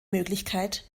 möglichkeit